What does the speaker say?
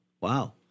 Wow